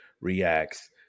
reacts